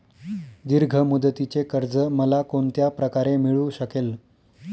दीर्घ मुदतीचे कर्ज मला कोणत्या प्रकारे मिळू शकेल?